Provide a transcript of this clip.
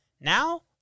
now